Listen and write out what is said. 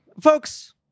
Folks